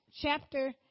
chapter